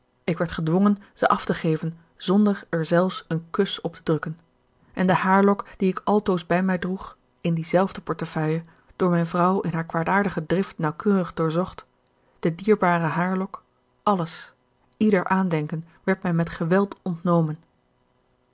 ik werd gedwongen ze af te geven zonder er zelfs een kus op te drukken en de haarlok die ik altoos bij mij droeg in die zelfde portefeuille door mijn vrouw in haar kwaadaardige drift nauwkeurig doorzocht de dierbare haarlok alles ieder aandenken werd mij met geweld ontnomen